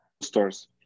stores